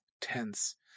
tense